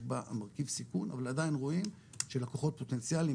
יש בה מרכיב סיכון אבל עדיין רואים שלקוחות פוטנציאליים